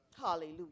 Hallelujah